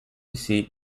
seat